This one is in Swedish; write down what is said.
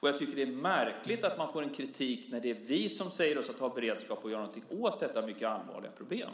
Jag tycker att det är märkligt att vi får kritik när det är vi som säger oss ha beredskap att göra någonting åt detta mycket allvarliga problem.